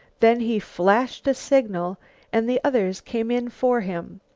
then he flashed a signal and the others came in for him.